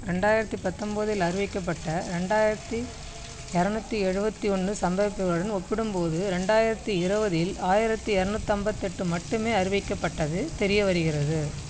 ரெண்டாயிரத்தி பத்தொம்போதில் அறிவிக்கப்பட்ட ரெண்டாயிரத்தி இரநூத்தி எழுபத்தி ஒன்று சம்பவிப்புகளுடன் ஒப்பிடும் போது ரெண்டாயிரத்தி இருபதில் ஆயிரத்தி இரநூத்தம்பத்தெட்டு மட்டுமே அறிவிக்கப்பட்டது தெரிய வருகின்றது